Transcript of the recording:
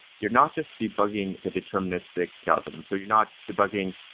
you're not just debugging the deterministic algorithm. so you're not debugging,